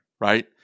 right